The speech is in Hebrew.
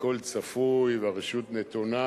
הכול צפוי והרשות נתונה,